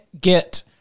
get